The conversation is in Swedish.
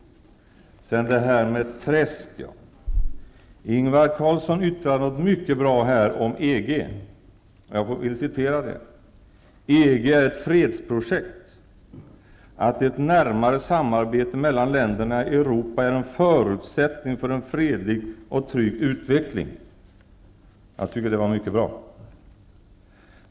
Beträffande träsk vilja säga följande. Ingvar Carlsson yttrade något mycket bra om EG. Jag vill upprepa det. Han sade att EG är ett fredsprojekt och att ett närmare samarbete mellan länderna i Europa är en förutsättning för en fredlig och trygg utveckling. Jag tycker att detta var mycket bra sagt.